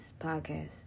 podcast